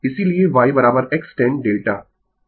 इसीलिये yx tan delta